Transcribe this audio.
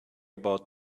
about